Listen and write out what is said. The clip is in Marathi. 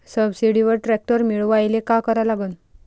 सबसिडीवर ट्रॅक्टर मिळवायले का करा लागन?